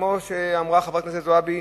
כמו שאמרה חברת הכנסת זועבי,